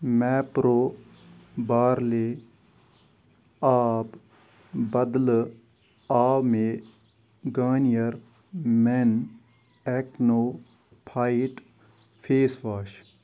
میپرو بارلے آب بدلہٕ آو مےٚ گانِیَر مٮ۪ن اٮ۪کنو پھایِٹ فیس واش